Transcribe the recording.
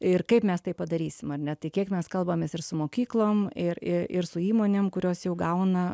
ir kaip mes tai padarysim ar net kiek mes kalbamės ir su mokyklom ir ir su įmonėm kurios jau gauna